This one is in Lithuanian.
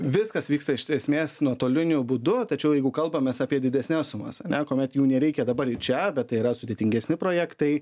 viskas vyksta iš esmės nuotoliniu būdu tačiau jeigu kalbam mes apie didesnes sumas ane kuomet jų nereikia dabar ir čia bet tai yra sudėtingesni projektai